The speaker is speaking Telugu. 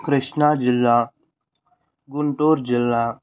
క్రిష్ణా జిల్లా గుంటూర్ జిల్లా